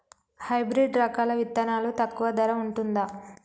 Hybrid రకాల విత్తనాలు తక్కువ ధర ఉంటుందా?